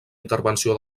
intervenció